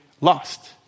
lost